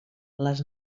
les